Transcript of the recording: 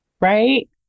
Right